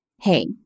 hey